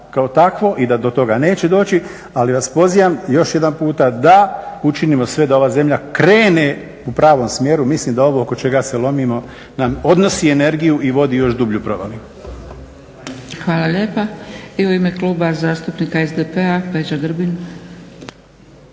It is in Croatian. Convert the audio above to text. kao takvo i da do toga neće doći, ali vas pozivam još jedan puta da učinimo sve da ova zemlja krene u pravom smjeru. Mislim da ovo oko čega se lomimo nam odnosi energiju i vodi još u dublju provaliju. **Zgrebec, Dragica (SDP)** Hvala lijepa. I u ime Kluba zastupnika SDP-a Peđa Grbin.